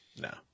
No